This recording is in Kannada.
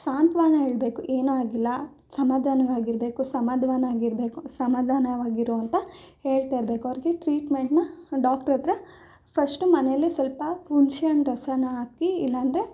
ಸಾಂತ್ವಾನ ಹೇಳಬೇಕು ಏನೂ ಆಗಿಲ್ಲ ಸಮಾಧಾನ್ವಾಗಿರ್ಬೇಕು ಸಮಾಧಾನ್ವಾಗಿರ್ಬೇಕು ಸಮಾಧಾನವಾಗಿರು ಅಂತ ಹೇಳ್ತಾಯಿರಬೇಕು ಅವ್ರಿಗೆ ಟ್ರೀಟ್ಮೆಂಟ್ನ ಡಾಕ್ಟ್ರ್ ಹತ್ರ ಫಶ್ಟು ಮನೇಲೆ ಸ್ವಲ್ಪ ಹುಣ್ಸೆ ಹಣ್ಣು ರಸನ ಹಾಕಿ ಇಲ್ಲ ಅಂದ್ರೆ